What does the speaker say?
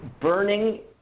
burning